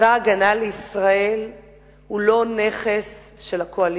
צבא-הגנה לישראל הוא לא נכס של הקואליציה,